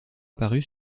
apparu